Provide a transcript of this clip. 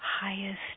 highest